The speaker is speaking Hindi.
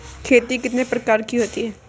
खेती कितने प्रकार की होती है?